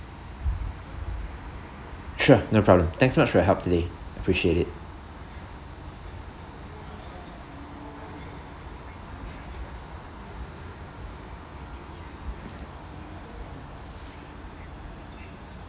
sure no problem thanks so much for your help today appreciate it